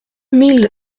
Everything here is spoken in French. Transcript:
mille